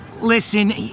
Listen